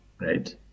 right